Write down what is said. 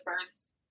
first